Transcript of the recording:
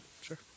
Sure